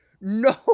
No